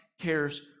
cares